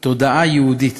תודעה יהודית".